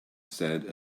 said